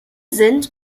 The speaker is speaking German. sind